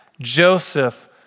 Joseph